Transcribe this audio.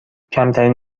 کمترین